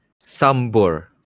Sambur